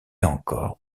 encore